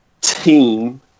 team